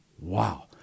Wow